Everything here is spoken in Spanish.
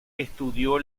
estudió